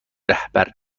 رهبر